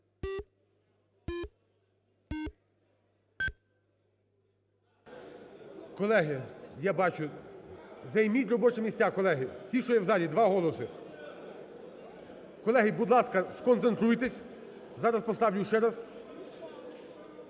залі) Я бачу. Займіть робочі місця, колеги, всі, що є в залі. Два голоси. Колеги, будь ласка, сконцентруйтесь, зараз поставлю ще раз.